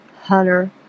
hunter